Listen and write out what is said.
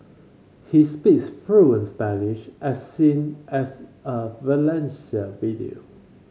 he speaks fluent Spanish as seen as a Valencia video